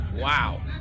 Wow